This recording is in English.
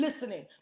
listening